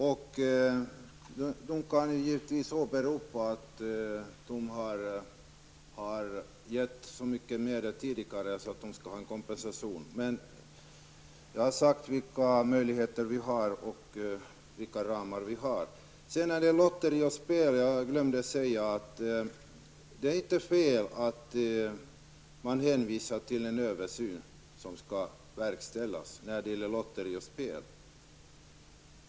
Nämnden kan givetvis åberopa att den har gett så mycket mera tidigare att den skall ha kompensation. Jag har talat om vilka möjligheter vi har och inom vilka ramar vi har att röra oss. När det gäller lotteri och spel glömde jag att säga att det inte är fel att hänvisa till en översyn som skall göras på detta område.